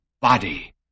body